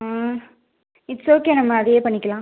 it's okay நம்ம அதையே பண்ணிக்கலாம்